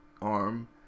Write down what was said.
arm